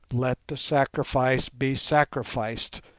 let the sacrifice be sacrificed,